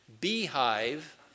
beehive